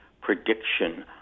prediction